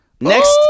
Next